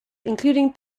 including